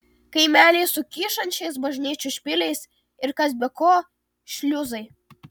kaimeliai su kyšančiais bažnyčių špiliais ir kas be ko šliuzai